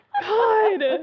God